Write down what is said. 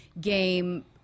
game